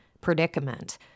predicament